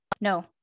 no